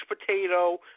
potato